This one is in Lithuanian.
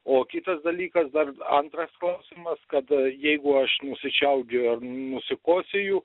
o kitas dalykas dar antras klausimas kad jeigu aš nusičiaudėju ar nusikosėju